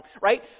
Right